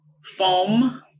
foam